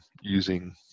using